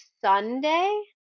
sunday